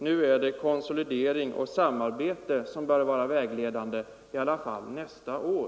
Nu är det konsolidering och samarbete som bör vara vägledande, i alla fall till nästa år.